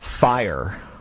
fire